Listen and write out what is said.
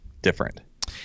different